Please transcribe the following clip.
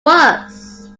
was